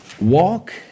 Walk